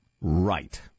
Right